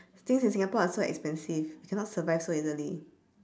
things in singapore are so expensive we cannot we survive so easily